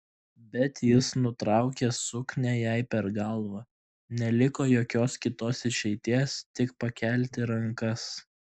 bet jis nutraukė suknią jai per galvą neliko jokios kitos išeities tik pakelti rankas